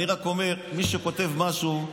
אני רק אומר שמי שכותב משהו,